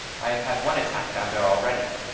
i have had one attack down there already.